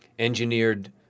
engineered